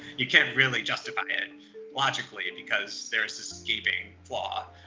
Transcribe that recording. you can't really justify it logically because there's this gaping flaw.